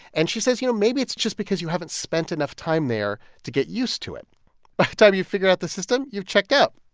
and she says, you know, maybe it's just because you haven't spent enough time there to get used to it. by the time you've figured out the system, you've checked out,